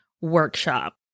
workshop